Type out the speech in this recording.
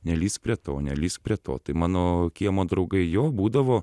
nelįsk prie to nelįsk prie to tai mano kiemo draugai jo būdavo